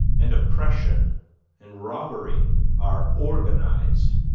and oppression and robbery are organized,